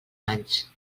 anys